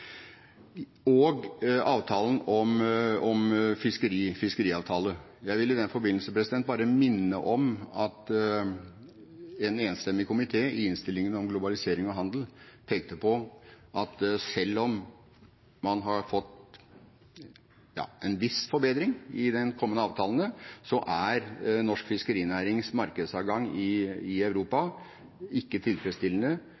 er avtalen om en ny periode med EØS-finansieringsordning og den norske finansieringsordningen – den ligger til behandling i utenrikskomiteen og kommer til debatt her i salen senere – og fiskeriavtalen. Jeg vil i den forbindelse bare minne om at en enstemmig komité i innstillingen om globalisering og handel pekte på at selv om man har fått en viss forbedring